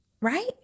right